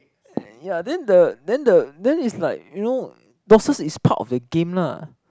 er yeah then the then the then is like you know losses is part of the game lah